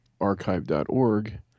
archive.org